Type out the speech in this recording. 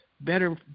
better